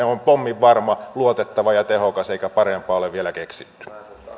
on pomminvarma luotettava ja tehokas eikä parempaa ole vielä keksitty